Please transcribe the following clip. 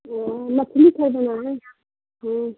वो मछली खरीदवाना है